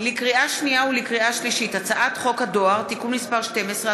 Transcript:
לקריאה שנייה ולקריאה שלישית: הצעת חוק הדואר (תיקון מס' 12),